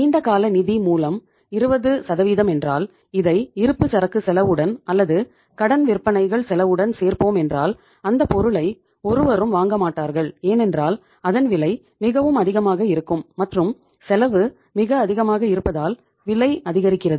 நீண்டகால நிதி மூலம் 20 என்றால் இதை இருப்பு சரக்கு செலவுடன் அல்லது கடன் விற்பனைகள் செலவுடன் சேர்ப்போம் என்றால் அந்தப் பொருளை ஒருவரும் வாங்கமாட்டார்கள் ஏனென்றால் அதன் விலை மிகவும் அதிகமாக இருக்கும் மற்றும் செலவு மிக அதிகமாக இருப்பதால் விலை அதிகரிக்கிறது